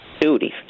duties